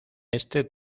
este